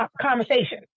conversation